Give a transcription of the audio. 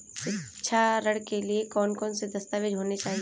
शिक्षा ऋण के लिए कौन कौन से दस्तावेज होने चाहिए?